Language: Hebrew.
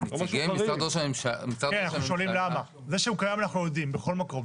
זה שהוא קיים, אנחנו יודעים, בכל מקום.